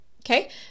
okay